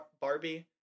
Barbie